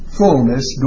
fullness